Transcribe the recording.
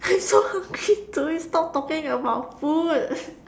so hungry should we stop talking about food